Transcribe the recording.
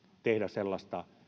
tehdä sellaista